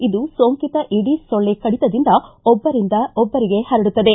ಇದು ಸೋಂಕಿತ ಈಡೀಸ್ ಸೊಳ್ಳೆ ಕಡಿತದಿಂದ ಒಬ್ಬರಿಂದ ಒಬ್ಬರಿಗೆ ಪರಡುತ್ತದೆ